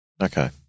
Okay